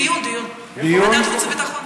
דיון, דיון.